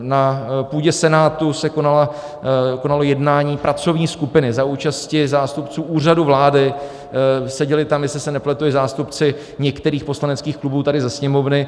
Na půdě Senátu se konalo jednání pracovní skupiny za účasti zástupců Úřadu vlády, seděli tam, jestli se nepletu, i zástupci některých poslaneckých klubů tady ze Sněmovny.